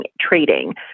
trading